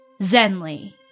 Zenly